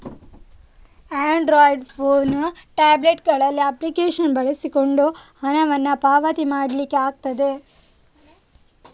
Android phone, tablet ಗಳಲ್ಲಿ application ಬಳಸಿಕೊಂಡು ಹಣವನ್ನ ಪಾವತಿ ಮಾಡ್ಲಿಕ್ಕೆ ಆಗ್ತದೆ